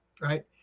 right